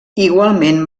igualment